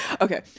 okay